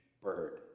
bird